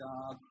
God